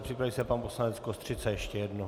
Připraví se pan poslanec Kostřica ještě jednou.